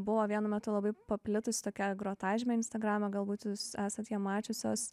buvo vienu metu labai paplitus tokia grotažmė instagrame galbūt jūs esat ją mačiusios